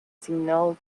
signal